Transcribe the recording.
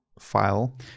file